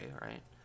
right